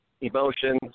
emotions